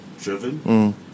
driven